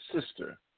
sister